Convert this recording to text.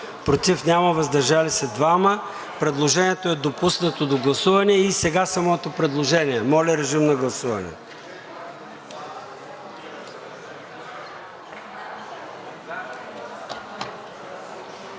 против няма, въздържали се 2. Предложението е допуснато до гласуване. И сега самото предложение – моля, режим на гласуване.